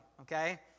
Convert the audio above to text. okay